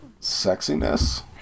sexiness